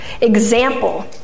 example